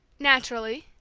naturally,